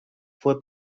fue